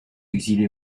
exilé